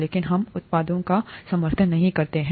लेकिन हम उत्पादों का समर्थन नहीं करते हैं